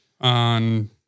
on